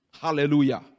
Hallelujah